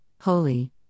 holy